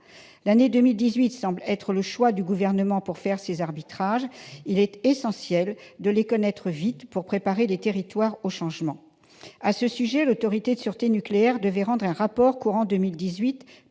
L'année 2018 semble être celle qui a été choisie par le Gouvernement pour faire ses arbitrages. Il est essentiel de les connaître vite pour préparer les territoires au changement. À ce sujet, l'Autorité de sûreté nucléaire devait rendre un rapport courant 2018